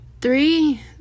Three